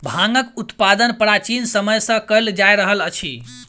भांगक उत्पादन प्राचीन समय सॅ कयल जा रहल अछि